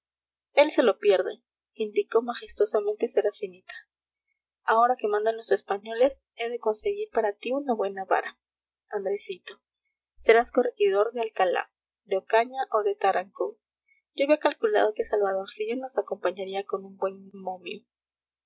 él se lo pierde indicó majestuosamente serafinita ahora que mandan los españoles he de conseguir para ti una buena vara andresito serás corregidor de alcalá de ocaña o de tarancón yo había calculado que salvadorcillo nos acompañaría con un buen momio